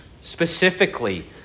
specifically